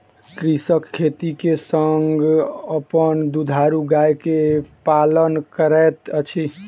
कृषक खेती के संग अपन दुधारू गाय के पालन करैत अछि